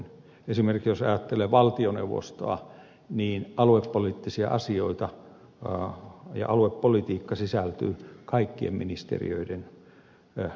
esimerkiksi jos ajattelee valtioneuvostoa niin aluepoliittisia asioita ja aluepolitiikkaa sisältyy kaikkien ministeriöiden alaan